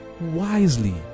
wisely